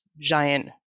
giant